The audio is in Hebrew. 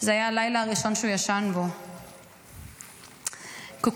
זה היה הלילה הראשון שהוא ישן בו כי הוא